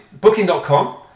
booking.com